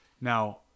Now